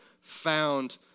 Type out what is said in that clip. found